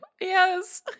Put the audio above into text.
Yes